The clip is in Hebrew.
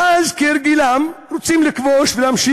שנהרסו.